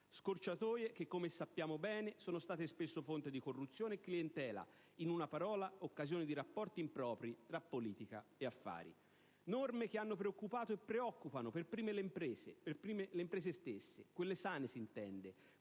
Scorciatoie che, come sappiamo bene, sono state spesso fonte di corruzione e clientela, in una parola: occasione di rapporti impropri tra politica e affari. Sono norme che hanno preoccupato e preoccupano per prime le imprese stesse, quelle sane s'intende,